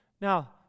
Now